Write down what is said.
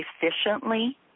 efficiently